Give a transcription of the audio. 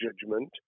judgment